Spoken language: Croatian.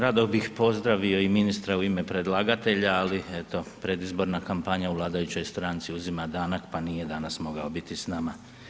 Rado bih pozdravio i ministra u ime predlagatelja, ali eto predizborna kampanja u vladajućoj stranci uzima danak, pa nije danas mogao biti s nama.